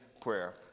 prayer